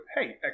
Hey